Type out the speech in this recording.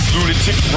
Lunatic